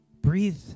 breathe